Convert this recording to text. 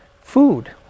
food